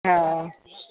हँ